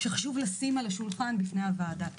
שחשוב לשים אותו על השולחן בפני הוועדה.